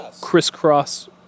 crisscross